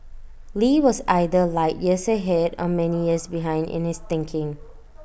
lee was either light years ahead or many years behind in his thinking